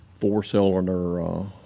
four-cylinder